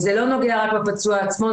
זה לא נוגע רק בפצוע עצמו,